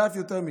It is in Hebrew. ואף יותר מכך.